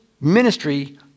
ministry